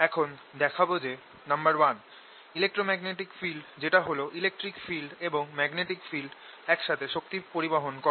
এখন দেখাবো যে ইলেক্ট্রোম্যাগনেটিক ফিল্ড যেটা হল ইলেকট্রিক ফিল্ড এবং ম্যাগনেটিক ফিল্ড একসাথে শক্তি পরিবহন করে